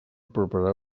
preparar